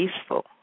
peaceful